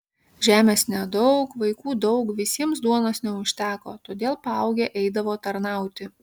žemės nedaug vaikų daug visiems duonos neužteko todėl paaugę eidavo tarnauti